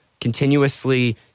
continuously